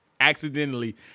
accidentally